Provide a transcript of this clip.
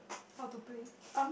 how to play